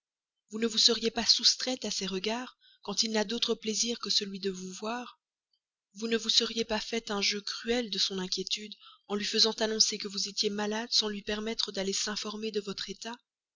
vous ne vous seriez pas soustraite à ses regards quand il n'a d'autre plaisir que celui de vous voir vous ne vous seriez pas fait un jeu cruel de son inquiétude en lui faisant annoncer que vous étiez malade sans lui permettre d'aller s'informer de votre état